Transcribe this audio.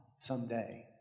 someday